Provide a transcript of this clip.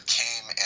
came